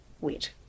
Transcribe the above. wet